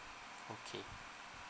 okay